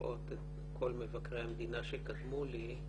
ולראות את כל מבקרי המדינה שקדמו לי,